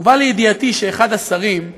הובא לידיעתי שאחד השרים,